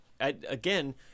again